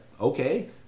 okay